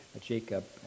Jacob